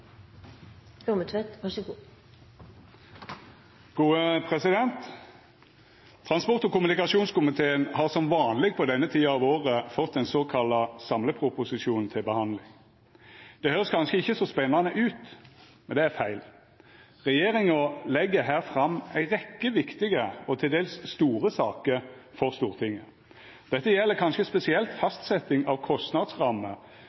Transport- og kommunikasjonskomiteen har som vanleg på denne tida av året fått den såkalla samleproposisjonen til behandling. Det høyrest kanskje ikkje så spennande ut – men det er feil. Regjeringa legg her fram ei rekke viktige og til dels store saker for Stortinget. Dette gjeld kanskje spesielt